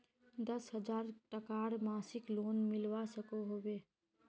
दस हजार टकार मासिक लोन मिलवा सकोहो होबे?